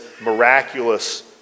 miraculous